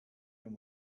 and